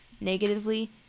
negatively